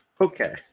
okay